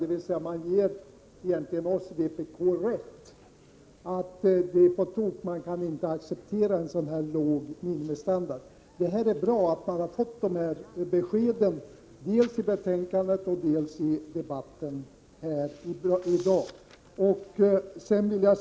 Man ger i själva verket oss i vpk rätt i att det är på tok att acceptera en låg minimistandard. Det är bra att dessa besked getts dels i betänkandet och dels i debatten här i dag.